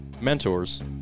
mentors